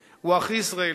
הוא הכי ישראלי.